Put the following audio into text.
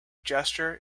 gesture